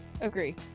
agree